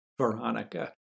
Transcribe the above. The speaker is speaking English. Veronica